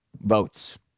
Votes